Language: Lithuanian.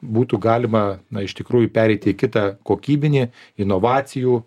būtų galima na iš tikrųjų pereiti į kitą kokybinį inovacijų